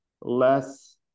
less